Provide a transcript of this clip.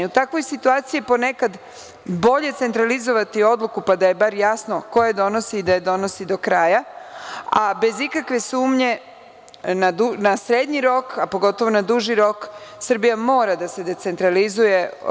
U takvoj situaciji je ponekad bolje centralizovati odluku pa da je bar jasno ko je donosi i da je donosi do kraja, a bez ikakve sumnje na srednji rok, a pogotovo na duži rok Srbija mora da se decentralizuje.